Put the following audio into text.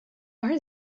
are